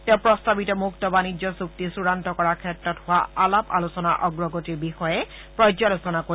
তেওঁ প্ৰস্তাৱিত মুক্ত বাণিজ্য চুক্তি চূডান্ত কৰাৰ ক্ষেত্ৰত হোৱা আলাপ আলোচনাৰ অগ্ৰগতিৰ বিষয়ে পৰ্যালোচনা কৰিব